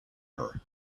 her